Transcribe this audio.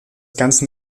ganzen